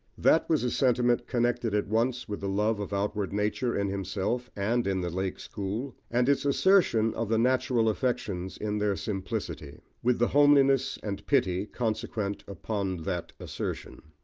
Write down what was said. that was a sentiment connected at once with the love of outward nature in himself and in the lake school, and its assertion of the natural affections in their simplicity with the homeliness and pity, consequent upon that assertion.